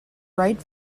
bright